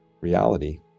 reality